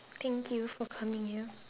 thank you for coming here